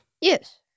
Yes